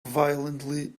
violently